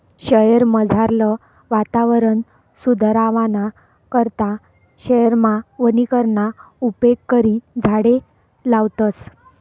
शयेरमझारलं वातावरण सुदरावाना करता शयेरमा वनीकरणना उपेग करी झाडें लावतस